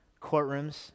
Courtrooms